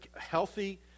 healthy